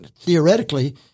theoretically